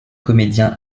comédien